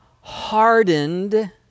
hardened